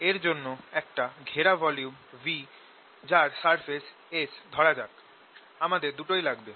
এর জন্য একটা ঘেরা ভলিউম V যার সারফেস S ধরা যাক আমাদের দুটোই লাগবে